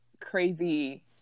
crazy